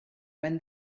when